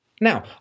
Now